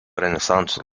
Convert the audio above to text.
renesanso